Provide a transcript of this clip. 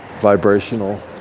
vibrational